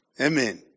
Amen